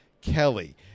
Kelly